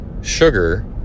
sugar